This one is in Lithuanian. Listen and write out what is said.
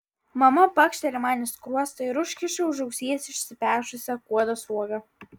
mama pakšteli man į skruostą ir užkiša už ausies išsipešusią kuodo sruogą